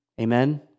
Amen